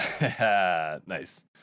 Nice